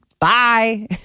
bye